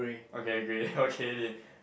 okay grey okay already